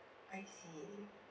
I see